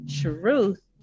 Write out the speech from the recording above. Truth